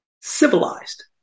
civilized